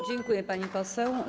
Dziękuję, pani poseł.